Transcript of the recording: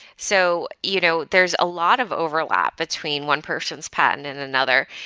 so you know there's a lot of overlap between one person's patent and another.